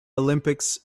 olympics